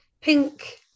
pink